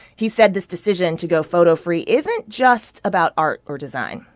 he said this decision to go photo free isn't just about art or design.